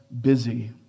busy